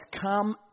come